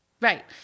Right